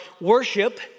worship